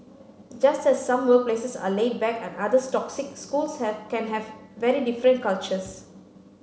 just as some workplaces are laid back and others toxic schools can have very different cultures